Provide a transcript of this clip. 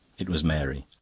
it was mary.